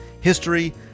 history